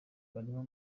barimo